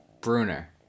Bruner